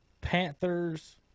Panthers